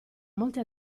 molte